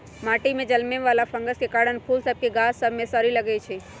माटि में जलमे वला फंगस के कारन फूल सभ के गाछ सभ में जरी सरे लगइ छै